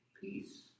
peace